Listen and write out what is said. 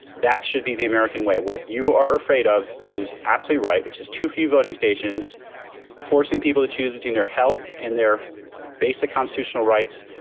that should be the american way, what you are afraid of is apsley right, right, which is too few voting stations forcing people to choose between their health and their basic constitutional rights.